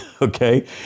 okay